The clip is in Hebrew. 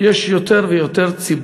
יש יותר ויותר,